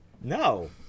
No